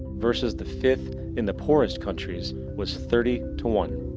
versus the fifth in the poorest countries was thirty to one.